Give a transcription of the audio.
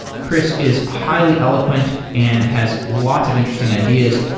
chris is highly eloquent and has lots of interesting ideas.